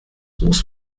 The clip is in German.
muss